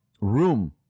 room